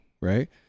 right